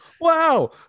wow